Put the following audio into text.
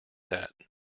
that